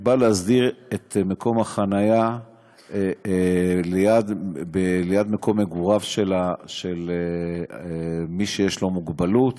בא להסדיר את מקום החניה ליד מקום מגוריו של מי שיש לו מוגבלות.